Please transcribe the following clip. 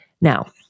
Now